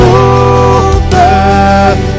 over